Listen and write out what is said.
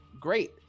great